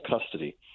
custody